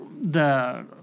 the-